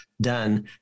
done